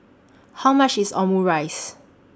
How much IS Omurice